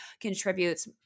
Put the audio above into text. contributes